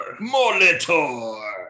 Molitor